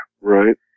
Right